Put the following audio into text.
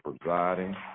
presiding